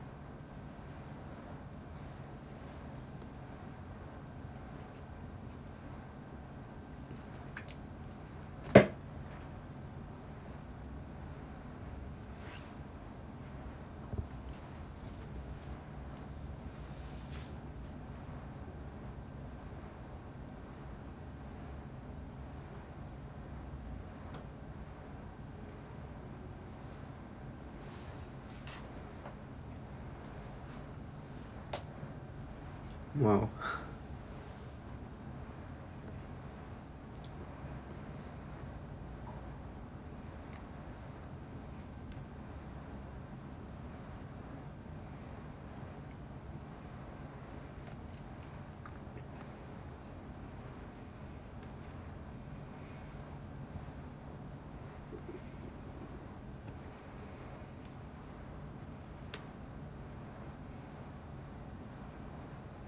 !wow!